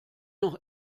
noch